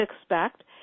expect